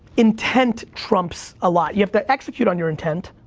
intent trumps a lot. you have to execute on your intent.